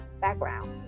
background